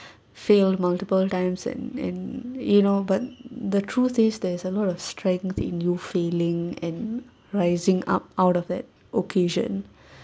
failed multiple times and and you know but the truth is there is a lot of strength in you failing and rising up out of that occasion